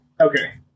Okay